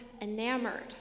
enamored